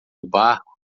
barco